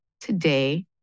today